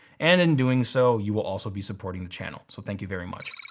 and in doing so you will also be supporting the channel. so thank you very much.